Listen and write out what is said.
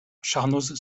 charnoz